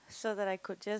so that I could just